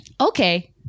Okay